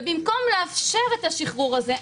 ובמקום לאפשר את השחרור הזה,